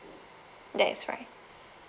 that is right